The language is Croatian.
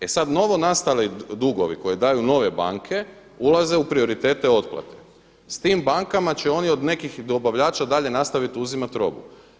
E sada novonastali dugovi koje daju nove banke ulaze u prioritete otplate, s tim bankama će oni od nekih dobavljača dalje nastaviti uzimati robu.